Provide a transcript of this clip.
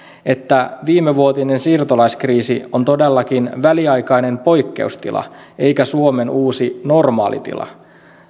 että viimevuotinen siirtolaiskriisi on todellakin väliaikainen poikkeustila eikä suomen uusi normaalitila